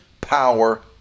power